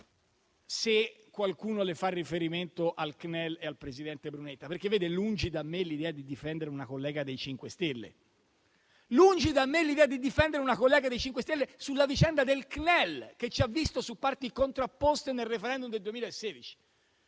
se qualcuno fa riferimento al CNEL e al presidente Brunetta. Vede, lungi da me l'idea di difendere una collega dei 5 Stelle sulla vicenda del CNEL, che ci ha visto su parti contrapposte nel referendum del 2016;